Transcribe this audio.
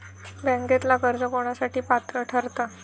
बँकेतला कर्ज कोणासाठी पात्र ठरता?